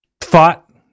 fought